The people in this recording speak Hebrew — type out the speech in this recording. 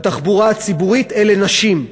בתחבורה הציבורית, אלה נשים.